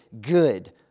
good